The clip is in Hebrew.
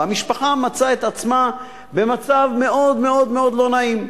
והמשפחה מצאה את עצמה במצב מאוד מאוד לא נעים.